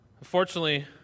Unfortunately